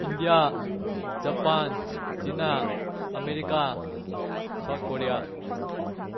India Japan China America South Korea